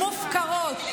מופקרות,